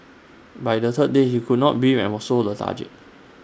by the third day he could not breathe and was so lethargic